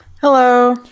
Hello